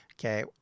Okay